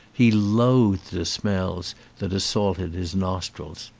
he loathed the smells that as saulted his nostrils.